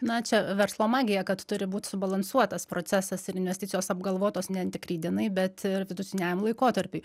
na čia verslo magija kad turi būt subalansuotas procesas ir investicijos apgalvotos ne tik rytdienai bet ir vidutiniajam laikotarpiui